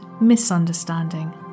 misunderstanding